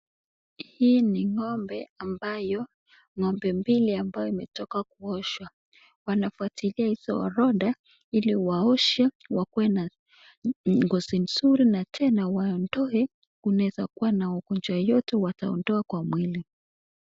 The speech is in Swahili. Hii ni ng'ombe ambayo ng'ombe mbili ambao imetoka kuoshwa wanafuatilia hizo orodha ili waoshwe wakuwe na ngozi nzuri na tena waondoe kunaweza kuwa na ugonjwa wowote wataondoa kwa mwili.